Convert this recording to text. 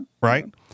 Right